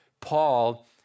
Paul